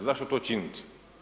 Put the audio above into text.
Zašto to činiti?